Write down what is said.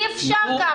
אי אפשר כך.